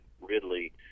Ridley